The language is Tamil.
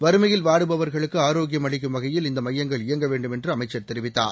வறுமையில் வாடுபவர்களுக்குஆரோக்கியம் அளிக்கும் வகையில் இந்தமையங்கள் இயங்கவேண்டும் என்றுஅமைச்சர் தெரிவித்தார்